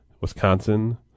Wisconsin